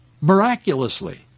miraculously